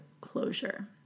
closure